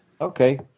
Okay